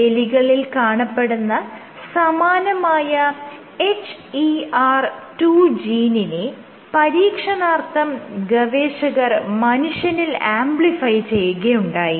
എലികളിൽ കാണപ്പെടുന്ന സമാനമായ HER 2 ജീനിനെ പരീക്ഷണാർത്ഥം ഗവേഷകർ മനുഷ്യനിൽ ആംപ്ലിഫൈ ചെയ്യുകയുണ്ടായി